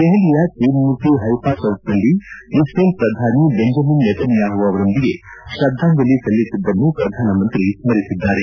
ದೆಹಲಿಯ ತೀನ್ಮೂರ್ತಿ ಹೈಫಾ ಚೌಕ್ನಲ್ಲಿ ಇವ್ರೇಲ್ ಪ್ರಧಾನಿ ಬೆಂಜಮಿನ್ ನೇತನ್ನ್ಹಾಹು ಅವರೊಂದಿಗೆ ಶ್ರದ್ದಾಂಜಲಿ ಸಲ್ಲಿಸಿದ್ದನ್ನು ಪ್ರಧಾನಮಂತ್ರಿ ಸ್ಲರಿಸಿದ್ದಾರೆ